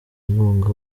inkunga